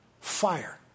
Fire